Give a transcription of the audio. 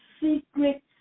secret